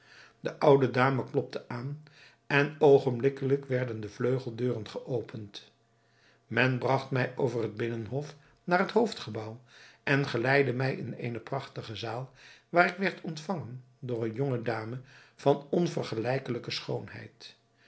de oude dame klopte aan en oogenblikkelijk werden de vleugeldeuren geopend men bragt mij over het binnenhof naar het hoofdgebouw en geleidde mij in eene prachtige zaal waar ik werd ontvangen door eene jonge dame van onvergelijkelijke schoonheid